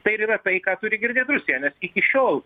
tai ir yra tai ką turi girdėt rusija nes iki šiol